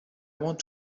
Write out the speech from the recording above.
want